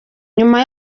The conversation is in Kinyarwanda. nyuma